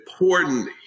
important